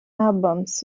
albums